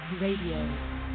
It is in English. Radio